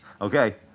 okay